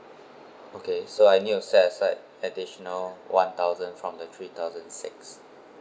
okay so I need to set aside additional one thousand from the three thousand six